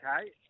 okay